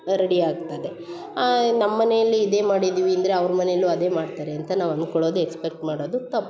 ready ಆಗ್ತದೆ ನಮ್ಮನೆಯಲ್ಲಿ ಇದೇ ಮಾಡಿದ್ವಿ ಅಂದರೆ ಅವ್ರ ಮನೆಯಲ್ಲೂ ಅದೇ ಮಾಡ್ತಾರೆ ಅಂತ ನಾವು ಅನ್ಕೊಳ್ಳೋದು ಎಕ್ಸ್ಪೆಕ್ಟ್ ಮಾಡೋದು ತಪ್ಪು